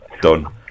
done